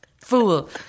fool